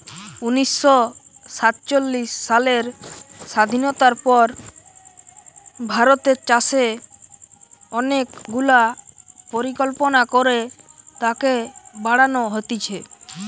উনিশ শ সাতচল্লিশ সালের স্বাধীনতার পর ভারতের চাষে অনেক গুলা পরিকল্পনা করে তাকে বাড়ান হতিছে